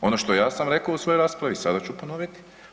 Ono što ja sam rekao u svojoj raspravi sada ću ponoviti.